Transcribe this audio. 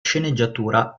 sceneggiatura